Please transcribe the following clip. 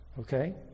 okay